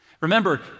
Remember